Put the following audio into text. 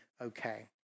okay